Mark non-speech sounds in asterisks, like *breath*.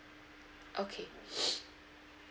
okay *breath*